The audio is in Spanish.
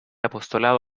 apostolado